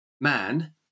man